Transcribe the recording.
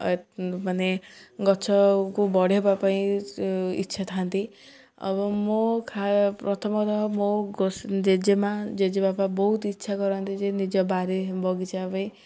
ମାନେ ଗଛକୁ ବଢ଼େଇବା ପାଇଁ ଇଚ୍ଛା ଥାନ୍ତି ଏବଂ ମୋ ପ୍ରଥମତଃ ମୋ ଜେଜେମାଆ ଜେଜେବାପା ବହୁତ ଇଚ୍ଛା କରନ୍ତି ଯେ ନିଜ ବାରି ବଗିଚା ପାଇଁ